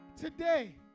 today